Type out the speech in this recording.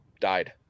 died